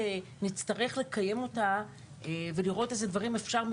שנצטרך לקיים ולראות אילו דברים אפשר לעשות,